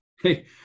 hey